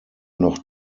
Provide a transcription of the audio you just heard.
noch